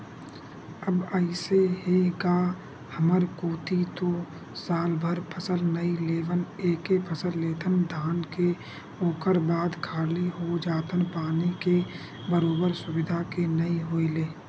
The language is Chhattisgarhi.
अब अइसे हे गा हमर कोती तो सालभर फसल नइ लेवन एके फसल लेथन धान के ओखर बाद खाली हो जाथन पानी के बरोबर सुबिधा के नइ होय ले